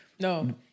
No